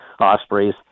ospreys